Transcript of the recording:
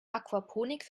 aquaponik